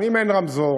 גם אם אין רמזור,